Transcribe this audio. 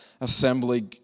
assembly